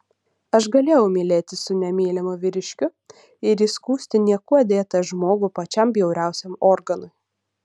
aš galėjau mylėtis su nemylimu vyriškiu ir įskųsti niekuo dėtą žmogų pačiam bjauriausiam organui